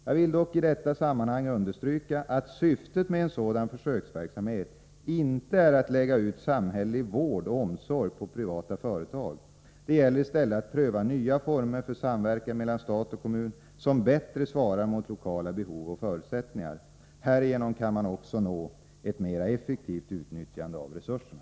Jag vill dock i detta sammanhang understryka att syftet med en sådan försöksverksamhet inte är att lägga ut samhällelig vård och omsorg på privata företag. Det gäller i stället att pröva nya former för samverkan mellan stat och kommun som bättre svarar mot lokala behov och förutsättningar. Härigenom kan man också nå ett mera effektivt utnyttjande av resurserna.